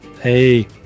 Hey